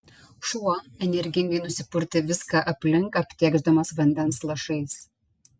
šuo energingai nusipurtė viską aplink aptėkšdamas vandens lašais